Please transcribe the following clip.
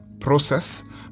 process